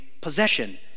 possession